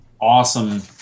awesome